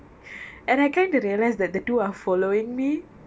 and I came to realise that the two are following me